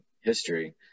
history